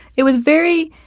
it was very